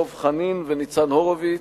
דב חנין וניצן הורוביץ,